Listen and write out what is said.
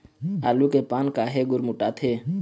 आलू के पान काहे गुरमुटाथे?